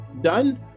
done